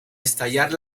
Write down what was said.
estallar